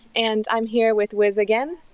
and i'm here with wiz again.